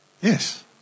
Yes